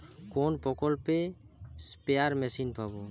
কোন প্রকল্পে spare machine পাব?